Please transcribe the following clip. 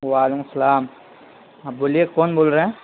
وعلیکم سلام ہاں بولیے کون بول رہے ہیں